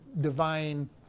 divine